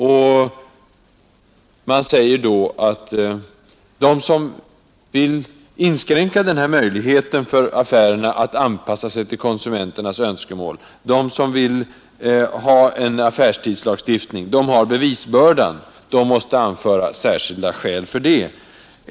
Följden är att bevisbördan åligger dem som vill inskränka denna möjlighet för affärerna att anpassa sig till konsumenternas önskemål, dvs. dem som vill ha en affärstidslagstiftning. De måste anföra särskilda skäl för det.